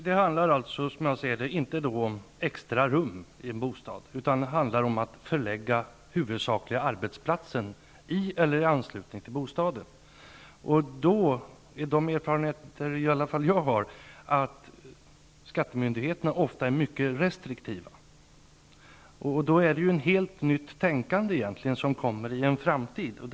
Fru talman! Som jag ser det handlar det inte om extra rum i en bostad. Det handlar om att förlägga den huvudsakliga arbetsplatsen i eller i anslutning till bostaden. De erfarenheter som jag har visar att skattemyndigheterna ofta är mycket restriktiva. I framtiden kommer ett helt nytt tänkande.